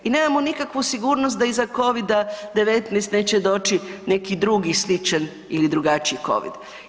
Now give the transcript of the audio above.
I nemamo nikakvu sigurnost da iza Covida-19 neće doći neki drugi sličan ili drugačiji Covid.